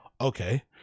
Okay